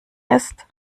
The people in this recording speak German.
ist